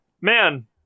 man